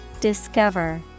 Discover